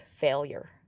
failure